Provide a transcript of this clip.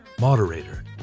moderator